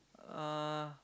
uh